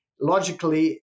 logically